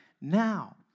Now